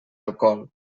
alcohol